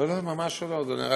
לא לא, ממש לא, אדוני.